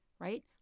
Right